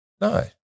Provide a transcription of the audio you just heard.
No